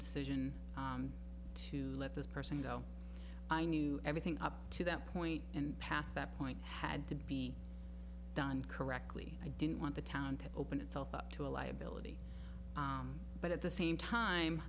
decision to let this person go i knew everything up to that point and past that point had to be done correctly i didn't want the town to open itself up to a liability but at the same time